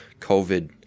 COVID